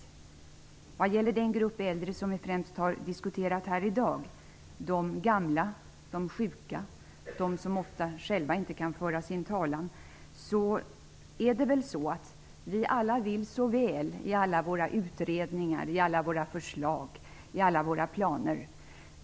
När det gäller den grupp äldre som vi främst har diskuterat här i dag - de gamla, de sjuka och de som ofta själva inte kan föra sin talan - vill vi alla så väl i alla våra utredningar, förslag och planer.